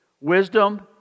wisdom